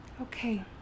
Okay